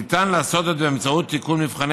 ניתן לעשות זאת באמצעות תיקון מבחני